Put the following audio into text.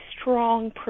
strong